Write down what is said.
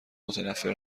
متنفر